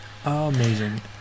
Amazing